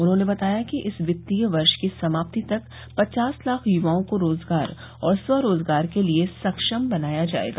उन्होंने बताया कि इस वित्तीय वर्ष की समाप्ति तक पचास लाख युवाओं को रोजगार और स्वरोजगार के लिये सक्षम बनाया जायेगा